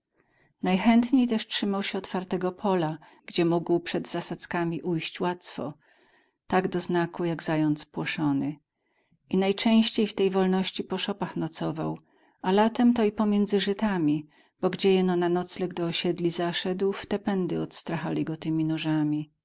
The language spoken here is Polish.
najchętniej też trzymał się otwartego pola gdzie mógł przed zasadzkami ujść łacno tak doznaku jak zając płoszony i najczęściej w tej wolności po szopach nocował a latem to i pomiędzy żytami bo gdzie jeno na nocleg do osiedli zaszedł w te pędy odstrachali go temi nożami